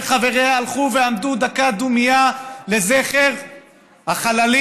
חבריה הלכו ועמדו דקה דומייה לזכר החללים,